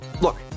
Look